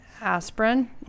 aspirin